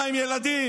די.